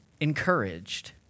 encouraged